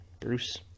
Bruce